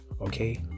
Okay